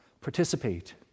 participate